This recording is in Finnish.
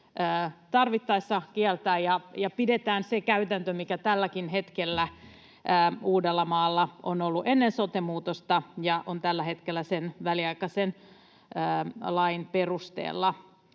tarvittaessa kieltää ja pidetään se käytäntö, mikä tälläkin hetkellä Uudellamaalla on ollut ennen sote-muutosta ja on tällä hetkellä sen väliaikaisen lain perusteella.